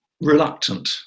reluctant